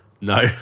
No